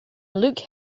luke